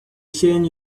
shane